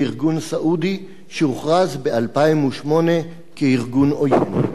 ארגון סעודי שהוכרז ב-2008 כארגון עוין.